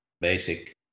basic